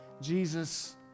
Jesus